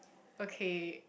okay